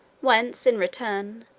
whence, in return,